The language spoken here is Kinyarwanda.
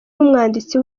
umwanditsi